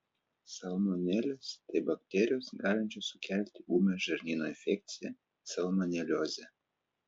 salmonelės tai bakterijos galinčios sukelti ūmią žarnyno infekciją salmoneliozę